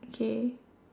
okay